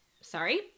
Sorry